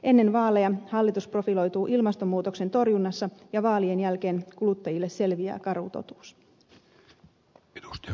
ennen vaaleja hallitus profiloituu ilmastonmuutoksen torjunnassa ja vaalien jälkeen kuluttajille selviää karu totuus